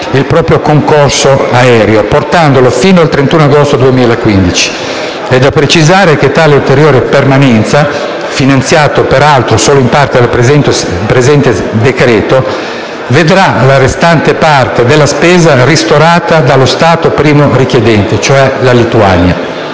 il proprio concorso aereo, portandolo fino al 31 agosto 2015. È da precisare che tale ulteriore permanenza, finanziata peraltro solo in parte dal presente decreto, vedrà la restante parte della spesa ristorata dallo Stato primo richiedente, cioè dalla Lituania.